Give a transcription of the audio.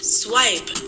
swipe